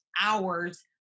hours